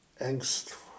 angst